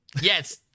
Yes